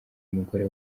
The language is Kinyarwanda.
umugore